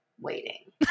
waiting